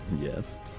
Yes